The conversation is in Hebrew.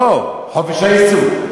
חופש העיסוק.